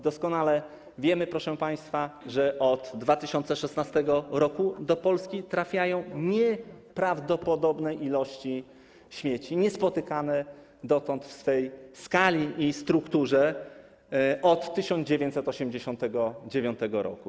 Doskonale wiemy, proszę państwa, że od 2016 r. do Polski trafiają nieprawdopodobne ilości śmieci, niespotykane dotąd w swej skali i strukturze od 1989 r.